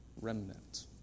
remnant